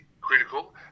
critical